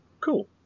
Cool